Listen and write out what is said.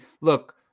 look